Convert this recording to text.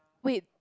wait